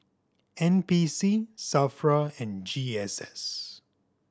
N P C S A F R A and G S S